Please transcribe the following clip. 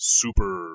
super